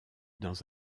dans